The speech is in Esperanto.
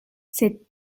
sed